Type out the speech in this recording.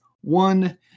one